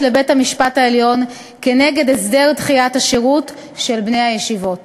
לבית-המשפט העליון כנגד הסדר דחיית השירות של בני הישיבות.